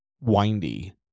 windy